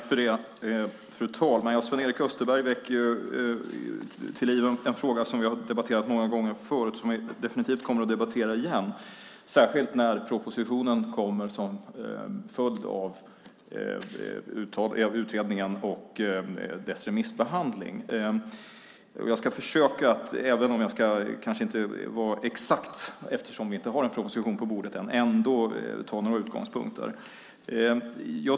Fru talman! Sven-Erik Österberg väcker till liv en fråga som vi har debatterat många gånger förut och som vi definitivt kommer att debattera igen, särskilt när propositionen kommer som en följd av utredningen och dess remissbehandling. Även om jag inte ska vara exakt - vi har ju ingen proposition på bordet än - ska jag ändå ta några utgångspunkter.